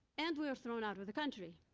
and we're thrown out of the country,